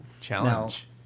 challenge